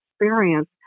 experience